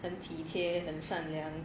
很体贴很善良